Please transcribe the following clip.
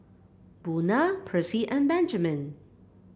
Buna Percy and Benjamin